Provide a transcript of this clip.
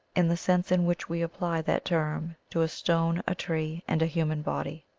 in the sense in which we apply that term to a stone, a tree, and a human body.